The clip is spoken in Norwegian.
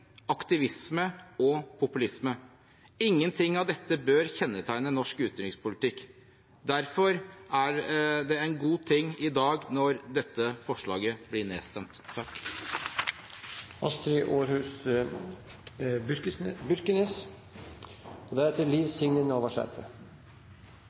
aktivisme og populisme. Ingenting av dette bør kjennetegne norsk utenrikspolitikk. Derfor er det en god ting i dag når dette forslaget blir nedstemt. Kristeleg Folkeparti har lenge hatt eit sterkt engasjement for fred, demokrati og